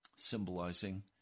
symbolizing